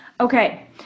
Okay